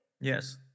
yes